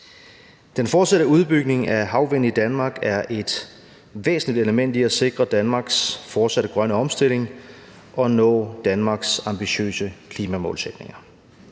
Den fortsatte udbygning af energi fra havvind i Danmark er et væsentligt element i at sikre Danmarks fortsatte grønne omstilling og nå Danmarks ambitiøse klimamålsætninger.